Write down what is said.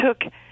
took